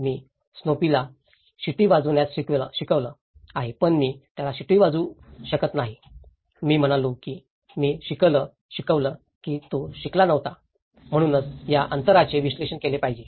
मी स्नोपीला शिटी वाजवण्यास शिकवलं आहे पण मी त्याला शिटी वाजवू शकत नाही मी म्हणालो की मी शिकवलं की तो शिकला नव्हता म्हणूनच या अंतरांचे विश्लेषण केले पाहिजे